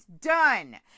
done